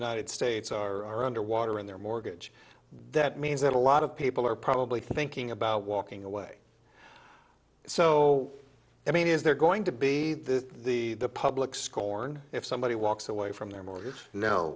united states are underwater in their mortgage that means that a lot of people are probably thinking about walking away so i mean is there going to be that the public scorn if somebody walks away from them or you know